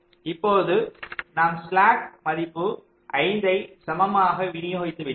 இப்போது நாம் ஸ்லாக் மதிப்பு 5 யை சமமாக விநியோகித்து விட்டோம்